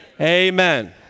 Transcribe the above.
Amen